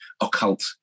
occult